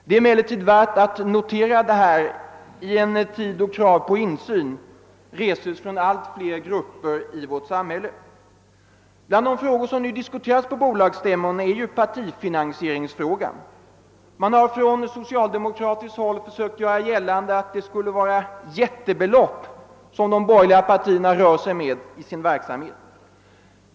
Detta är värt att notera i en tid då kravet på insyn reses från allt fler grupper i vårt samhälle. Bland de frågor som nu diskuteras på bolagsstämmorna återfinns partifinansieringsfrågan. Man har från socialdemokratiskt håll sökt göra gällande att det skulle vara jättebelopp som de borgerliga partierna rör sig med i sin verksamhet.